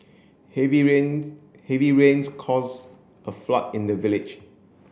heavy rains heavy rains cause a flood in the village